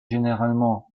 généralement